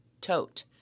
Tote